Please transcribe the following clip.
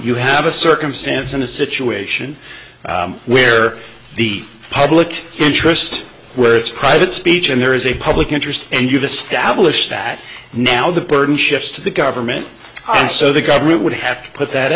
you have a circumstance in a situation where the public interest where it's private speech and there is a public interest and you the stablished that now the burden shifts to the government and so the government would have to put that